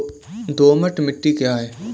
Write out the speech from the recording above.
दोमट मिट्टी क्या है?